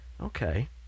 okay